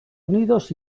unidos